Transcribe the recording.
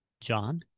John